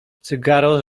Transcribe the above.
cygaro